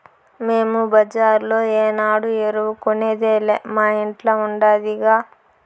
మేము బజార్లో ఏనాడు ఎరువు కొనేదేలా మా ఇంట్ల ఉండాదిగా